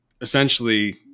essentially